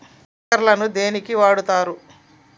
Sprinkler ను దేనికి వాడుతరు?